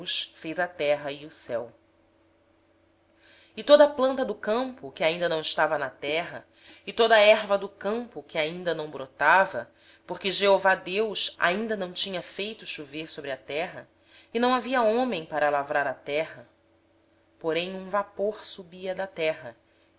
fez a terra e os céus não havia ainda nenhuma planta do campo na terra pois nenhuma erva do campo tinha ainda brotado porque o senhor deus não tinha feito chover sobre a terra nem havia homem para lavrar a terra um vapor porém subia da terra